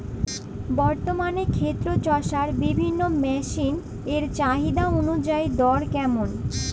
বর্তমানে ক্ষেত চষার বিভিন্ন মেশিন এর চাহিদা অনুযায়ী দর কেমন?